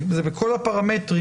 בכל הפרמטרים.